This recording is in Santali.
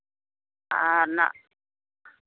ᱟᱨ ᱚᱱᱟ